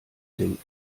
denken